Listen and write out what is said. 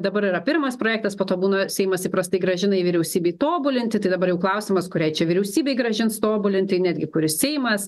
dabar yra pirmas projektas po to būna seimas įprastai grąžina jį vyriausybei tobulinti tai dabar jau klausimas kuriai čia vyriausybei grąžins tobulinti netgi kuris seimas